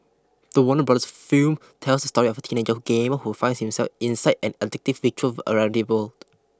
the Warner Brothers film tells the story of a teenage gamer who finds himself inside an addictive virtual around the world